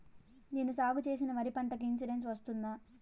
నేను సాగు చేసిన వరి పంటకు ఇన్సూరెన్సు వస్తుందా?